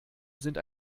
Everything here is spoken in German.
sind